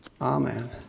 Amen